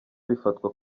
bifatwa